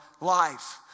life